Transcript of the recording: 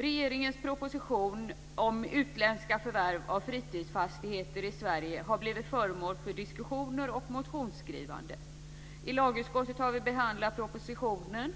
Regeringens proposition om utländska förvärv av fritidsfastigheter i Sverige har blivit föremål för diskussioner och motionsskrivande. I lagutskottet har vi behandlat propositionen